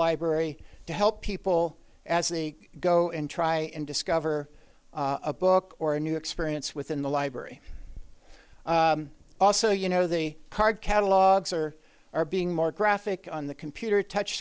library to help people as the go and try and discover a book or a new experience within the library also you know the card catalogs or are being more graphic on the computer touch